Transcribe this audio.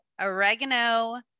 oregano